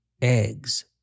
eggs